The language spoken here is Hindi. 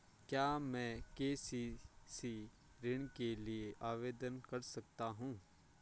क्या मैं के.सी.सी ऋण के लिए आवेदन कर सकता हूँ?